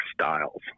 styles